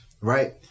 Right